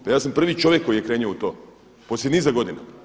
Pa ja sam prvi čovjek koji je krenuo u to poslije niza godina.